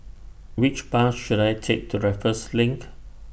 Which Bus should I Take to Raffles LINK